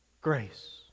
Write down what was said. Grace